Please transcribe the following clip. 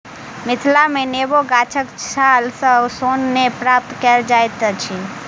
मिथिला मे नेबो गाछक छाल सॅ सोन नै प्राप्त कएल जाइत अछि